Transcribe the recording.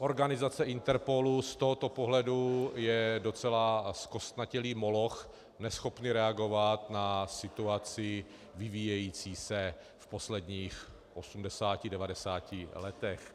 Organizace INTERPOL je z tohoto pohledu docela zkostnatělý moloch neschopný reagovat na situaci vyvíjející se v posledních osmdesáti, devadesáti letech.